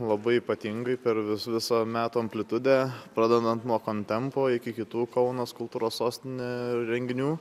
labai ypatingai per vis visą metų amplitudę pradedant nuo kontempo iki kitų kaunas kultūros sostinė renginių